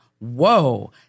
Whoa